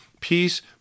Peace